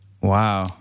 Wow